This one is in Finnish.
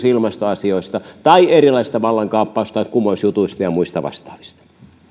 ilmastoasioista tai erilaisista vallankaappaus tai kumousjutuista ja muista vastaavista